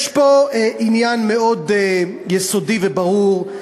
יש פה עניין מאוד יסודי וברור,